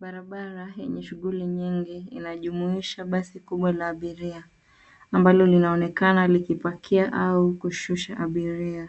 Barabara yenye shughuli nyingi inajumuisha basi kubwa la abiria ambalo linaonekana likipakia au kushusha abiria.